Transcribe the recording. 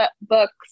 books